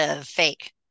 Fake